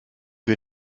wir